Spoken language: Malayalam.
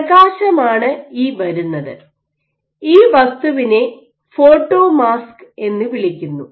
പ്രകാശമാണ് ഈ വരുന്നത് ഈ വസ്തുവിനെ ഫോട്ടോമാസ്ക് എന്ന് വിളിക്കുന്നു